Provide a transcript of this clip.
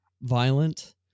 violent